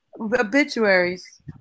obituaries